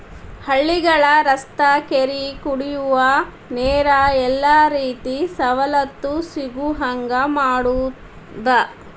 ಹಳ್ಳಿಗಳ ರಸ್ತಾ ಕೆರಿ ಕುಡಿಯುವ ನೇರ ಎಲ್ಲಾ ರೇತಿ ಸವಲತ್ತು ಸಿಗುಹಂಗ ಮಾಡುದ